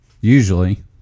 usually